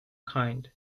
kind